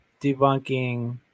debunking